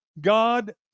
God